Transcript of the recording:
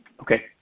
Okay